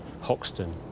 Hoxton